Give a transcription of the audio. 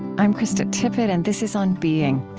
i'm krista tippett, and this is on being.